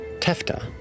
Tefta